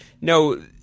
No